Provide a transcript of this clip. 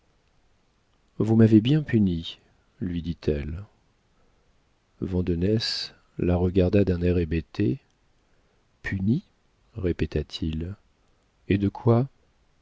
vous m'avez bien punie lui dit-elle vandenesse la regarda d'un air hébété punie répéta-t-il et de quoi